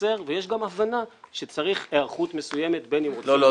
ומתקצר ויש גם הבנה שצריך היערכות מסוימת בין אם רוצים להאריך --- אם